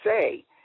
say